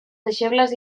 deixebles